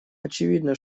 очевидно